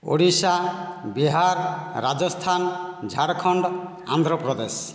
Odisha Bihar Rajasthan Jharkhand Andhra Pradesh